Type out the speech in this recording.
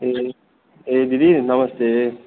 ए ए दिदी नमस्ते